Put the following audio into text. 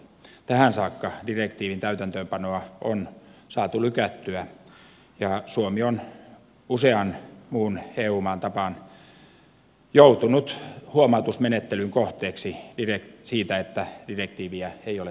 tähän saakka direktiivin täytäntöönpanoa on saatu lykättyä ja suomi on usean muun eu maan tapaan joutunut huomautusmenettelyn kohteeksi siitä että direktiiviä ei ole toimeenpantu